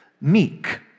meek